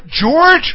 George